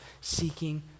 seeking